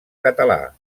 català